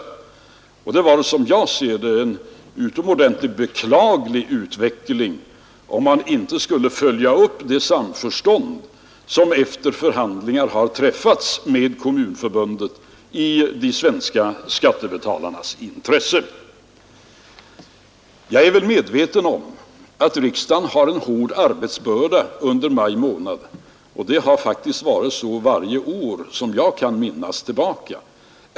Som jag ser det vore det en utomordentligt beklaglig utveckling om man inte skulle följa upp det samförstånd som efter förhandlingar har etablerats med kommunförbunden i de svenska skattebetalarnas intresse. Jag är medveten om att riksdagen har en tung arbetsbörda under maj månad. Det har vi faktiskt haft varje år så länge jag kan minnas.